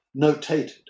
notated